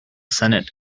senate